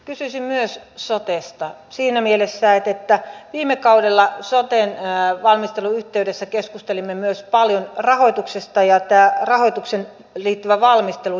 kysyisin myös sotesta siinä mielessä että viime kaudella soten valmistelun yhteydessä keskustelimme myös paljon rahoituksesta ja tämä rahoitukseen liittyvä valmistelu jäi kesken